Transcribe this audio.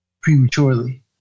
prematurely